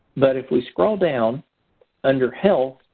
but if we scroll down under help,